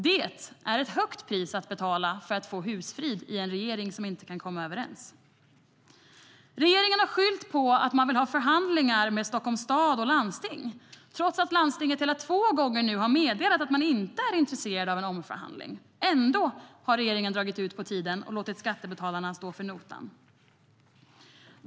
Det är ett högt pris att betala för att få husfrid i en regering där man inte kan komma överens. Regeringen har skyllt på att man vill ha förhandlingar med Stockholms stad och landsting, trots att landstinget hela två gånger har meddelat att man inte är intresserad av en omförhandling. Ändå har regeringen dragit ut på tiden och låtit skattebetalarna stå för notan.